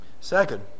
Second